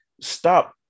stop